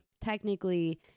technically